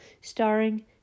starring